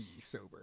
sober